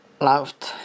loved